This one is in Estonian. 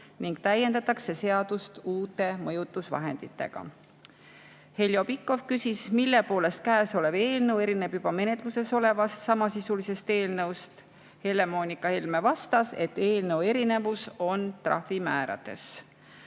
ning täiendatakse seadust uute mõjutusvahenditega. Heljo Pikhof küsis, mille poolest eelnõu erineb juba menetluses olevast samasisulisest eelnõust. Helle-Moonika Helme vastas, et eelnõu erinevus on trahvimäärades.